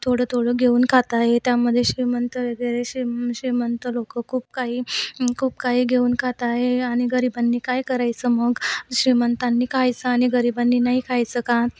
थोडं थोडं घेऊन खात आहे त्यामध्ये श्रीमंत वगैरे श्रीम श्रीमंत लोकं खूप काही खूप काही घेऊन खात आहे आणि गरिबांनी काय करायचं मग श्रीमंतांनी खायचं आणि गरिबांनी नाही खायचं का